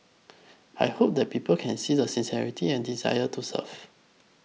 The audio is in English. I hope that people can see the sincerity and the desire to serve